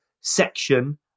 section